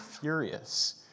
furious